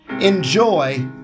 Enjoy